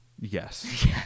Yes